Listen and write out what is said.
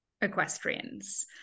equestrians